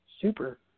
super